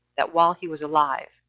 that while he was alive,